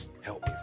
Help